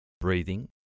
breathing